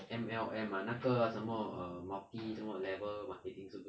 M_L_M ah 那个什么 err multi level marketing 是不是